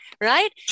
right